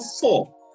four